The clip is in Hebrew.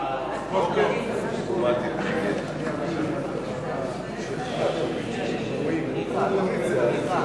את הצעת חוק הגנת הסביבה (שימוש חוזר במי דלוחין,